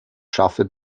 schaffe